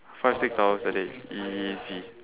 five six hours a day easy